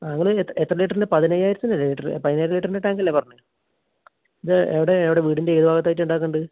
ആ നിങ്ങൾ എത്ര ലിറ്ററിൻ്റ പതിനയ്യായിരത്തിൻ്റ അല്ലെ ലിറ്റർ പതിനയ്യായിരം ലിറ്ററിൻ്റ ടാങ്ക് അല്ലെ പറഞ്ഞത് ഇത് എവിടെ എവിടെ വീടിൻ്റ ഏത് ഭാഗത്ത് ആയിട്ടാണ് ഉണ്ടാക്കേണ്ടത്